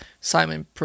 Simon